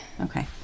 Okay